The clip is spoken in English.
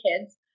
kids